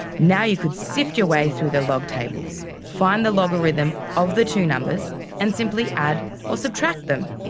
now you could sift your way through the log tables, find the logarithm of the two numbers and simply add or subtract them.